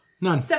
None